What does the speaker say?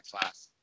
class